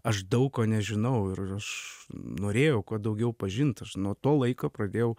aš daug ko nežinau ir aš norėjau kuo daugiau pažinti nuo to laiko pradėjau